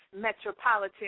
metropolitan